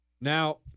Now